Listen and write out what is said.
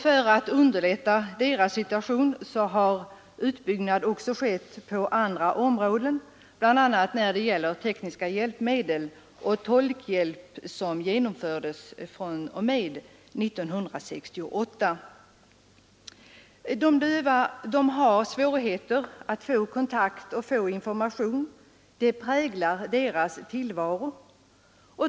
För att underlätta de dövas situation har utbyggnad också skett på andra områden, bl.a. när det gäller tekniska hjälpmedel och tolkhjälp som genomfördes fr.o.m. 1968. De döva har svårigheter att få kontakt och information, och detta präglar deras tillvaro.